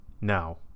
Now